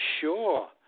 sure